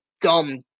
dumb